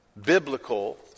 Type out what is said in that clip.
biblical